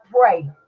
pray